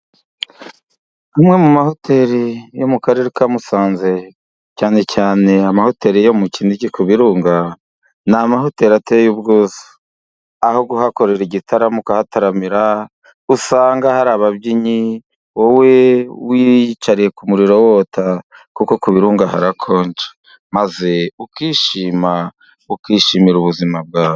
Amwe mu mahoteli yo mu karere ka Musanze cyane cyane amahoteli yo mu Kinigi ku birunga, ni amahoteli ateye ubwuzu. Aho kuhakorera igitaramo ukahataramira, usanga hari ababyinnyi, wowe wiyicariye ku muriro wota, kuko ku birunga harakonja. Maze ukishima ukishimira ubuzima bwawe.